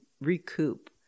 recoup